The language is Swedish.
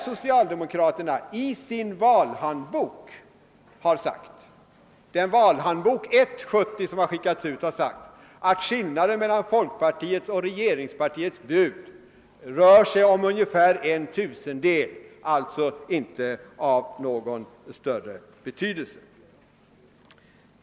Socialdemokraterna har i sin valhandbok 1/70 sagt att skillnaden mellan regeringspartiets bud och folkpartiets bud rör sig om ungefär en tusendedel och alltså inte är av någon större betydelse.